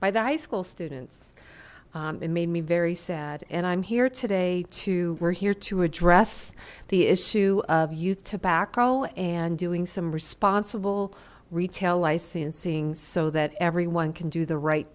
by the high school students it made me very sad and i'm here today to we're here to address the issue of youth tobacco and doing some responsible retail licensing so that everyone can do the right